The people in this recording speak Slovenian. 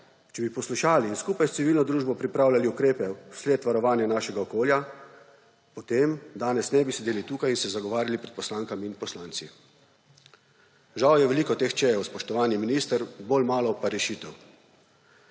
če bi poslušali in skupaj z civilno družbo pripravljali ukrepe vsled varovanja našega okolja, potem danes ne bi sedeli tukaj in se zagovarjali pred poslankam in poslanci. Žal je veliko teh čejev, spoštovani minister, bolj malo pa rešitev.